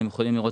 אפשר לראות